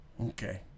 Okay